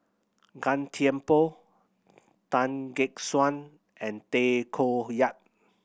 Gan Thiam Poh Tan Gek Suan and Tay Koh Yat